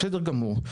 בסדר גמור.